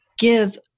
give